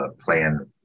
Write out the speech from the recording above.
plan